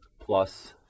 plus